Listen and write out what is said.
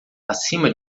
acima